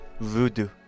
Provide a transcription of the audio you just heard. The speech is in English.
voodoo